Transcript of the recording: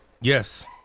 Yes